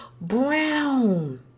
brown